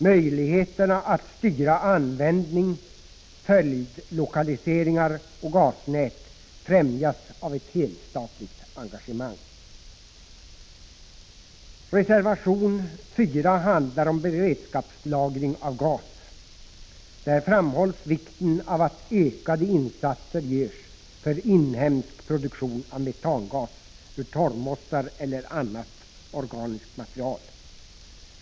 Möjligheterna att styra användning, följdlokaliseringar och gasnät främjas av ett helstatligt engagemang. Reservation 4 handlar om beredskapslagring av gas. Där framhålls vikten av att ökade insatser görs för inhemsk produktion av metangas ur torvmossar eller annat organiskt material.